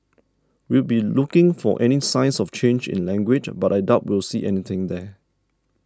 we'll be looking for any signs of change in language but I doubt we'll see anything there